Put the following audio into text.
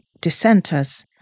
dissenters